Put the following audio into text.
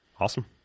Awesome